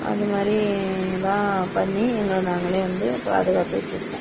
அது மாதிரி இதுதான் பண்ணி எங்களை நாங்களே வந்து பாதுகாத்துட்டுருக்கோம்